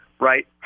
right